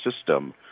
system